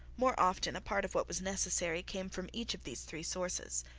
more often a part of what was necessary came from each of these three sources.